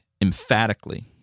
emphatically